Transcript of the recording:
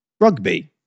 Rugby